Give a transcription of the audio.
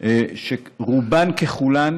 שרובן ככולן